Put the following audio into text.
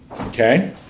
Okay